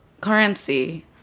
currency